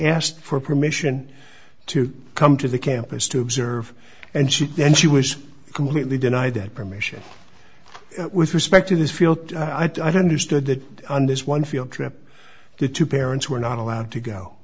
asked for permission to come to the campus to observe and she then she was completely denied that permission with respect to this field i don't understand that on this one field trip the two parents were not allowed to go